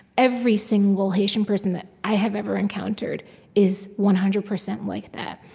every single haitian person that i have ever encountered is one hundred percent like that.